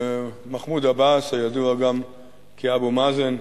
שמחמוד עבאס, הידוע גם כאבו מאזן,